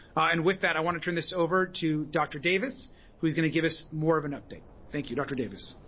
and with that i want to turn this over to dr. davis who is going to give us more of an update. thank you dr. davis.